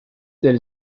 del